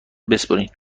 بسپرین